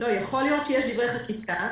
יכול להיות שיש דברי חקיקה.